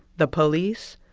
the police?